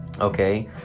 okay